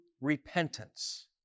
repentance